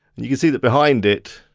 and you can see that behind it